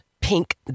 pink